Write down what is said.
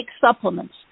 supplements